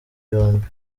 yombi